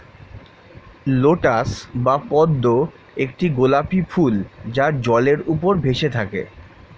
lotus বা পদ্ম একটি গোলাপী ফুল যা জলের উপর ভেসে থাকে